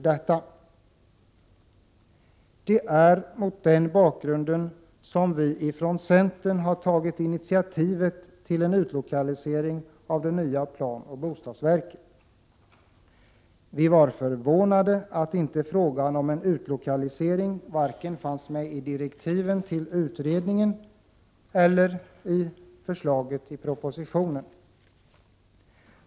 Det är mot den bakgrunden som vi från centern har tagit initiativet till en utlokalisering av det nya planoch bostadsverket. Vi var förvånade över att inte frågan om en utlokalisering fanns med vare sig i direktiven till utredningen eller som förslag i propositionen.